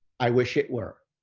i wish it were.